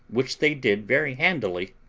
which they did very handily,